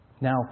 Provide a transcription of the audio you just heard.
Now